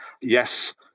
yes